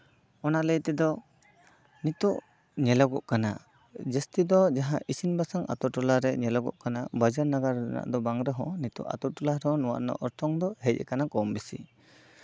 ᱚᱱᱟ ᱞᱟᱹᱭ ᱛᱮᱫᱚ ᱱᱤᱛᱚᱜ ᱧᱮᱞᱚᱜᱚᱜ ᱠᱟᱱᱟ ᱡᱟᱹᱥᱛᱤ ᱫᱚ ᱡᱟᱦᱟᱸ ᱤᱥᱤᱱ ᱵᱟᱥᱟᱝ ᱟᱹᱛᱩ ᱴᱚᱞᱟ ᱨᱮ ᱧᱮᱞᱚᱜᱚᱜ ᱠᱟᱱᱟ ᱵᱟᱡᱟᱨ ᱱᱟᱜᱟᱨ ᱨᱮᱱᱟᱜ ᱫᱚ ᱵᱟᱝ ᱨᱮᱦᱚᱸ ᱱᱤᱛᱚᱜ ᱟᱹᱛᱩ ᱴᱚᱞᱟ ᱨᱮᱦᱚᱸ ᱱᱚᱣᱟ ᱨᱮᱭᱟᱜ ᱚᱨᱥᱚᱝ ᱫᱚ ᱦᱮᱡ ᱠᱟᱱᱟ ᱠᱚ ᱵᱮᱥᱤ